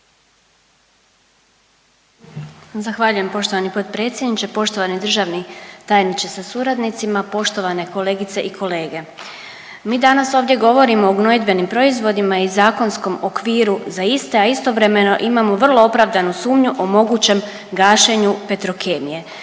Zahvaljujem poštovani potpredsjedniče. Poštovani državni tajniče sa suradnicima, poštovane kolegice i kolege, mi danas ovdje govorimo o gnojidbenim proizvodima i zakonskom okviru za iste, a istovremeno imamo vrlo opravdanu sumnju o mogućem gašenju Petrokemije